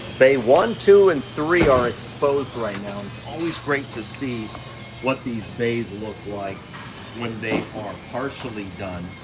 bay one, two, and three are exposed right now. it's always great to see what these bays look like when they are partially done.